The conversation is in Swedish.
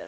ram.